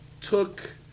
took